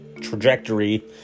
trajectory